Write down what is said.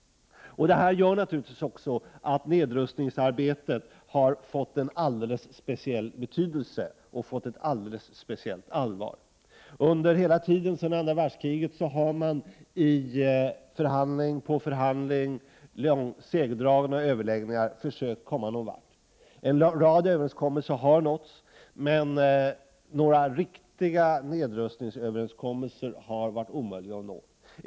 Detta gör naturligtvis också att nedrustningsarbetet har fått en alldeles speciell betydelse och ett speciellt allvar. Under hela tiden efter andra världskriget har man i förhandling på förhandling, i segdragna överläggningar, försökt komma någon vart. En rad överenskommelser har nåtts, men några riktiga nedrustningsavtal har det varit omöjligt att åstadkomma.